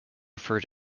refer